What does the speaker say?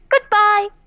goodbye